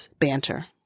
banter